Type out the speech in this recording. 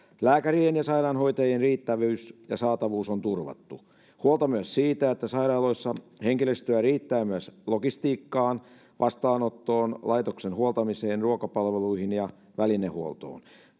lääkärien ja sairaanhoitajien riittävyys ja saatavuus on turvattu huolta myös siitä että sairaaloiden henkilöstöä riittää myös logistiikkaan vastaanottoon laitoksen huoltamiseen ruokapalveluihin ja välinehuoltoon